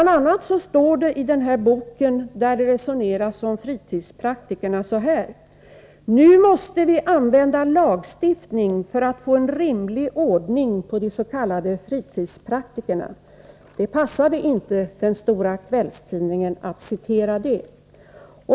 Det står bl.a. i denna bok, där det resoneras om fritidspraktikerna: ”Nu måste vi använda lagstiftning för att få en rimlig ordning på de s.k. fritidspraktikerna.” Det passade inte den stora kvällstidningen att citera det.